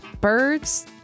birds